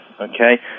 okay